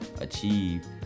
achieve